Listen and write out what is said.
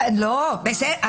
לא, בסדר.